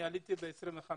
אני עליתי ב-25